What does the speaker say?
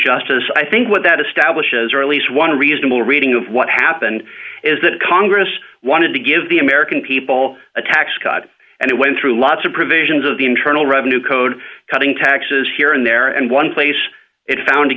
justice i think what that establishes or at least one reasonable reading of what happened is that congress wanted to give the american people a tax cut and it went through lots of provisions of the internal revenue code cutting taxes here and there and one place it found to